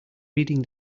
reading